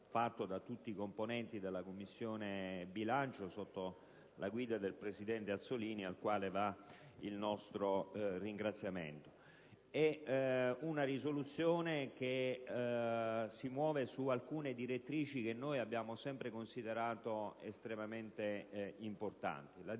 compiuto da tutti i componenti della Commissione bilancio, sotto la guida del presidente Azzollini, al quale va tutto il nostro ringraziamento. È una proposta di risoluzione che si muove su alcune direttrici che abbiamo sempre considerato estremamente importanti, tra